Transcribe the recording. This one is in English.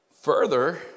Further